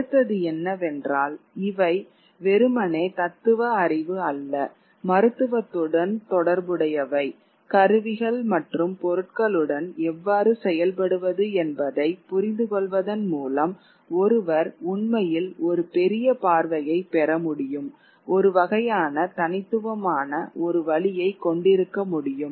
அடுத்தது என்னவென்றால் இவை வெறுமனே தத்துவ அறிவு அல்ல மருத்துவத்துடன் தொடர்புடையவை கருவிகள் மற்றும் பொருட்களுடன் எவ்வாறு செயல்படுவது என்பதைப் புரிந்துகொள்வதன் மூலம் ஒருவர் உண்மையில் ஒரு பெரிய பார்வையை பெறமுடியும் ஒரு வகையான தனித்துவமான ஒரு வழியைக் கொண்டிருக்க முடியும்